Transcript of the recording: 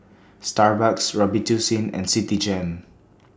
Starbucks Robitussin and Citigem